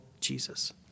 Jesus